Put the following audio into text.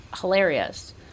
hilarious